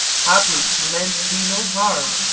haply he meant thee no harm,